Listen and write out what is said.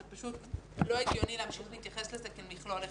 זה פשוט לא הגיוני להמשיך להתייחס לזה כמכלול אחד.